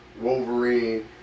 Wolverine